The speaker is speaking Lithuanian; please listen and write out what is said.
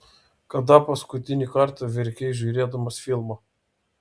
kada paskutinį kartą verkei žiūrėdamas filmą